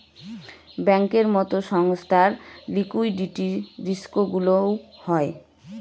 ব্যাঙ্কের মতো সংস্থার লিকুইডিটি রিস্কগুলোও হয়